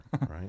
right